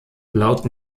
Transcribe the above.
laut